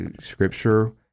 Scripture